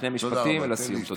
שני משפטים לסיום.